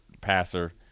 passer